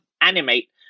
animate